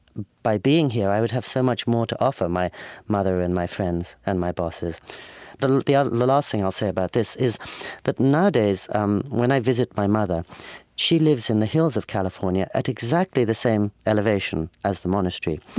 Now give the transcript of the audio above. by being here, i would have so much more to offer my mother and my friends and my bosses the the ah last thing i'll say about this is that nowadays um when i visit my mother she lives in the hills of california at exactly the same elevation as the monastery,